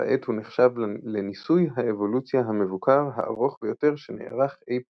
וכעת הוא נחשב לניסוי האבולוציה המבוקר הארוך ביותר שנערך אי פעם.